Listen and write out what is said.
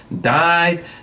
Died